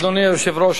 אדוני היושב-ראש,